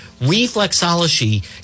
Reflexology